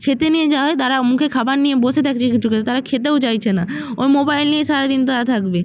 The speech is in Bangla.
খেতে নিয়ে যাওয়া হয় তারা মুখে খাবার নিয়ে বসে থাকছে তারা খেতেও চাইছে না ওই মোবাইল নিয়ে সারা দিন তারা থাকবে